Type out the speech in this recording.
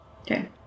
Okay